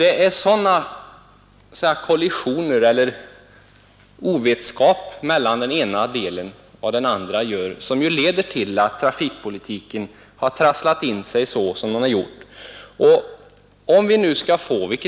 Det är sådan ovetskap hos den ena delen om vad den andra gör som leder till att trafikpolitiken trasslat till sig som den har gjort.